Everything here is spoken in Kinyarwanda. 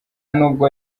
n’ubwo